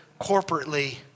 corporately